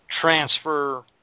transfer